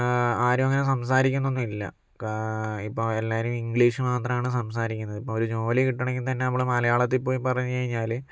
ആരും അങ്ങനെ സംസാരിക്കുന്നു ഒന്നുമില്ല ക ഇപ്പോൾ എല്ലാരും ഇംഗ്ലീഷ് മാത്രാണ് സംസാരിക്കുന്നത് ഇപ്പോൾ ഒരു ജോലി കിട്ടണമെങ്കിൽ തന്നെ നമ്മള് മലയാളത്തിൽ പോയി പറഞ്ഞ് കഴിഞ്ഞാല്